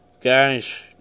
Guys